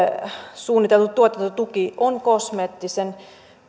suunniteltu tuotantotuki on kosmeettisen